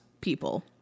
people